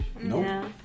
No